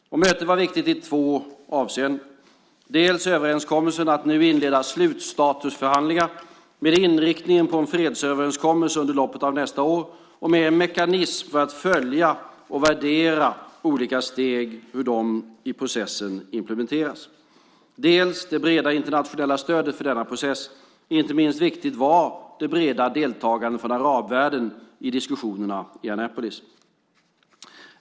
Mötet var viktigt i två avseenden. Det gällde dels överenskommelsen att nu inleda slutstatusförhandlingar med inriktningen på en fredsöverenskommelse under loppet av nästa år och med en mekanism för att följa och värdera hur olika steg i processen implementeras, dels det breda internationella stödet för denna process. Inte minst viktigt var det breda deltagandet från arabvärlden i diskussionerna i Annapolis.